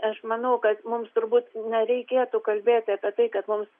aš manau kad mums turbūt nereikėtų kalbėti apie tai kad mums